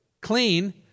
clean